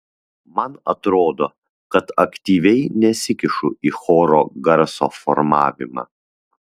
man atrodo kad aktyviai nesikišu į choro garso formavimą